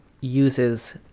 uses